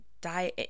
die